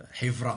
בחברה.